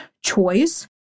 choice